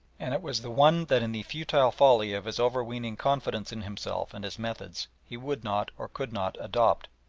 and it was the one that in the futile folly of his overweening confidence in himself and his methods he would not or could not adopt.